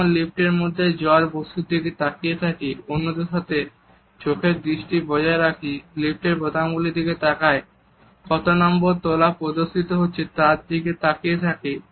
যেমন লিফটের মধ্যে জ্বর বস্তুর দিকে তাকিয়ে থাকি অন্যদের সাথে চোখের দৃষ্টি বজায় রাখি লিফটের বোতামগুলি দিকে তাকাই কত নম্বর তলা প্রদর্শিত হচ্ছে তার দিকে তাকিয়ে থাকি